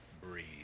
breathe